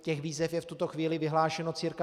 Těch výzev je v tuto chvíli vyhlášeno cca 180.